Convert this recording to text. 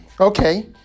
Okay